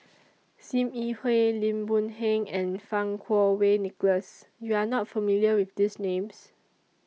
SIM Yi Hui Lim Boon Heng and Fang Kuo Wei Nicholas YOU Are not familiar with These Names